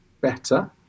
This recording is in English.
better